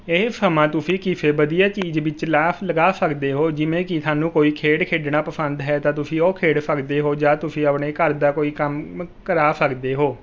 ਇਹ ਸਮਾਂ ਤੁਸੀਂ ਕਿਸੇ ਵਧੀਆ ਚੀਜ਼ ਵਿੱਚ ਲਾਸ ਲਗਾ ਸਕਦੇ ਹੋ ਜਿਵੇਂ ਕਿ ਸਾਨੂੰ ਕੋਈ ਖੇਡ ਖੇਡਣਾ ਪਸੰਦ ਹੈ ਤਾਂ ਤੁਸੀਂ ਉਹ ਖੇਡ ਸਕਦੇ ਹੋ ਜਾਂ ਤੁਸੀਂ ਆਪਣੇ ਘਰ ਦਾ ਕੋਈ ਕੰਮ ਕਰਾ ਸਕਦੇ ਹੋ